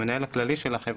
המנהל הכללי של החברה,